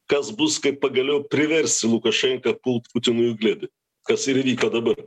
kas bus kaip pagaliau priversi lukašenką pult putinui į glėbį kas ir įvyko dabar